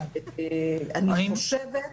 אני כמובן